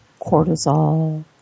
cortisol